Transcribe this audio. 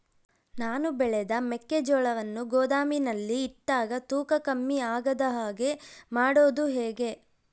ನಾನು ಬೆಳೆದ ಮೆಕ್ಕಿಜೋಳವನ್ನು ಗೋದಾಮಿನಲ್ಲಿ ಇಟ್ಟಾಗ ತೂಕ ಕಮ್ಮಿ ಆಗದ ಹಾಗೆ ಮಾಡೋದು ಹೇಗೆ?